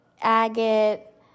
agate